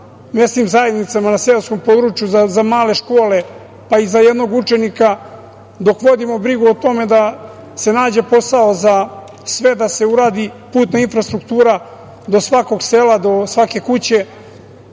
mesnim zajednicama na seoskom području za male škole, pa i za jednog učenika, dok vodimo brigu o tome da se nađe posao za sve, da se uradi putna infrastruktura do svakog sela, do svake kuće,